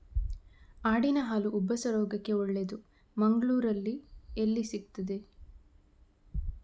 ಆಡಿನ ಹಾಲು ಉಬ್ಬಸ ರೋಗಕ್ಕೆ ಒಳ್ಳೆದು, ಮಂಗಳ್ಳೂರಲ್ಲಿ ಎಲ್ಲಿ ಸಿಕ್ತಾದೆ?